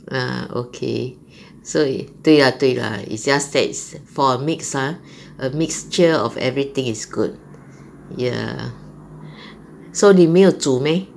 ah okay so 对 lah 对 lah it's just that for a mix !huh! a mixture of everything is good ya so 你没有煮 meh